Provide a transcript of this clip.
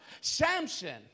Samson